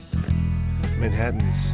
Manhattan's